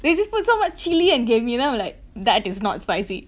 they just put so much chilli and gave me then I'm like that is not spicy